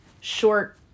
short